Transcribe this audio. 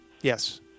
Yes